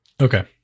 Okay